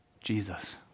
Jesus